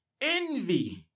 envy